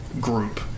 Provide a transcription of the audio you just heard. group